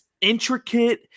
intricate